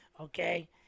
Okay